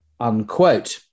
Unquote